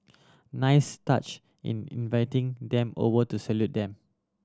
nice touch in inviting them over to salute them